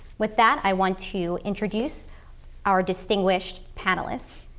with that i want to introduce our distinguished panelists.